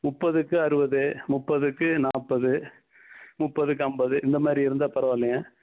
முப்பதுக்கு அறுபது முப்பதுக்கு நாற்பது முப்பதுக்கு ஐம்பது இந்த மாதிரி இருந்தால் பரவாயில்லங்க